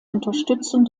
unterstützung